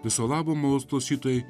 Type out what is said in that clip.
viso labo malonūs klausytojai